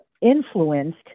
influenced